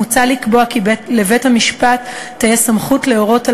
מוצע לקבוע כי לבית-המשפט תהא סמכות להורות על